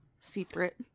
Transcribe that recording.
secret